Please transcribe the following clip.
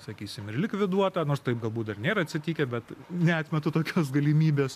sakysim ir likviduota nors taip galbūt dar nėra atsitikę bet neatmetu tokios galimybės